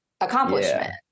accomplishment